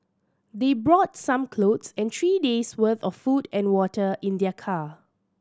they brought some clothes and three days' worth of food and water in their car